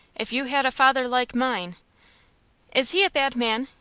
if you had a father like mine is he a bad man?